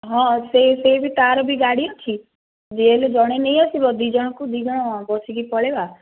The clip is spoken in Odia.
ହଁ ସେଇ ସେଇ ବି ତାର ବି ଗାଡ଼ି ଅଛି ଯିଏ ହେଲେ ଜଣେ ନେଇ ଆସିବ ଦୁଇ ଜଣଙ୍କୁ ଦୁଇ ଜଣ ବସିକି ପଳାଇବା